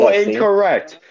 incorrect